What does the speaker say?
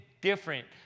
different